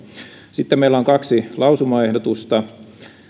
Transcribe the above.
sitten meillä on kolme lausumaehdotusta